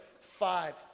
five